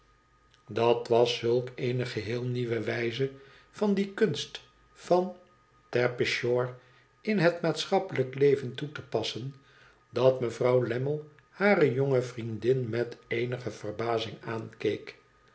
dat was zulk eene geheel nieuwe wijze van die kunst van terpsichore in het maatschappelijk leven toe te passen dat mevrouw lammie hare jonge vriendin met eenige verbazing aankeek